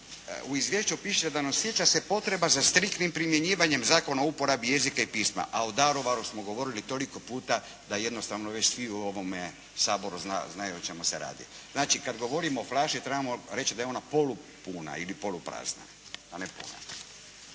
u izvješću piše da ne osjeća se potreba za striktnim primjenjivanjem Zakona o uporabi jezika i pisma. A o Daruvaru smo govorili toliko puta da jednostavno već svi u ovome Saboru znaju o čemu se radi. Znači, kad govorimo o flaši trebamo reći da je ona polupuna ili poluprazna. A ne puna.